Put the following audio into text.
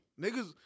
Niggas